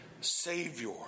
Savior